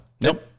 Nope